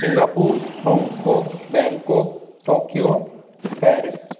Singapore Hong Kong Bangkok Tokyo Paris